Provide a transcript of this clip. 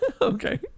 Okay